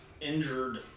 injured